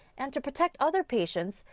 and to protect other patients,